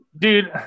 Dude